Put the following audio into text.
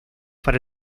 para